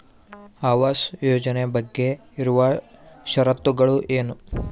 ಆವಾಸ್ ಯೋಜನೆ ಬಗ್ಗೆ ಇರುವ ಶರತ್ತುಗಳು ಏನು?